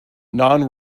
non